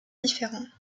différents